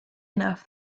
enough